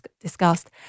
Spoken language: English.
discussed